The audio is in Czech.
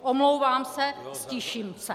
Omlouvám se, ztiším se.